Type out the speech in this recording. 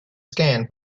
scan